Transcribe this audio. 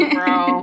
bro